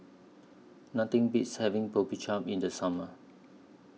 Nothing Beats having Boribap in The Summer